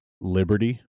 liberty